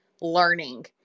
learning